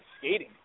skating